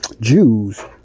Jews